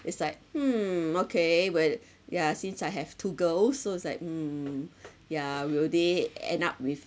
it's like hmm okay where ya since I have two girls so it's like mm yeah will they end up with